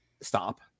Stop